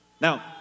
Now